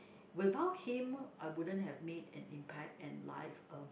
without him I wouldn't have made an impact in life uh